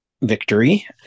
victory